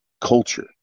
culture